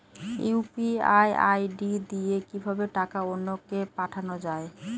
UPI ID দিয়ে কিভাবে টাকা অন্য কে পাঠানো যায়?